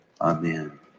Amen